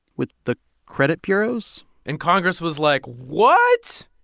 with the credit bureaus? and congress was like, what?